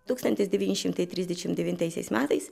tūkstantis devyni šimtai trisdešim devintaisiais metais